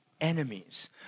enemies